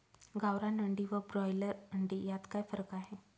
गावरान अंडी व ब्रॉयलर अंडी यात काय फरक आहे?